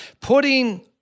putting